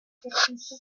differences